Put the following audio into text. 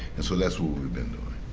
and so that's what we've been doing.